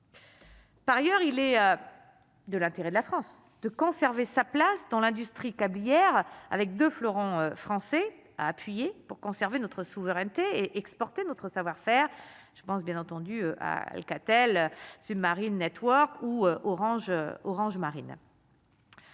Par ailleurs, il est de l'intérêt de la France de conserver sa place dans l'industrie câbles hier avec 2 fleurons français a appuyé pour conserver notre souveraineté et exporter notre savoir-faire, je pense bien entendu à Alcatel Submarine Networks ou Orange Orange